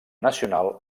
nacional